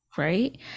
right